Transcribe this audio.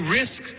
risk